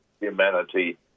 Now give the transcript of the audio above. humanity